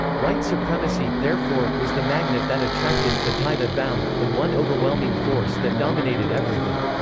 white supremacy, therefore, was the magnet that attracted, the tie that bound, the one overwhelming force that dominated everything.